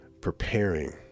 preparing